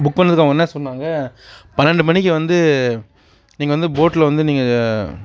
book பண்ணிணதுக்கு அவங்க என்ன சொன்னாங்க பன்னெண்டு மணிக்கு வந்து நீங்கள் வந்து போட்டில் வந்து நீங்கள்